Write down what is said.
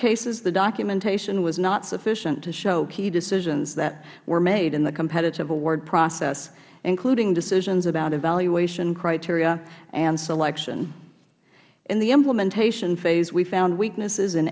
cases the documentation was not sufficient to show key decisions that were made in the competitive award process including decisions about evaluation criteria and selection in the implementation phase we found weaknesses